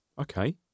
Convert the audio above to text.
Okay